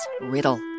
riddle